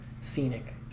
scenic